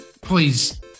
please